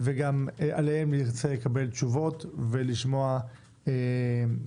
וגם עליהם נרצה לקבל תשובות ולשמוע מה